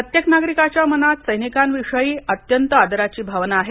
प्रत्येक नागरिकाच्या मनात सैनिकांविषयी अत्यंत आदराची भावना आहे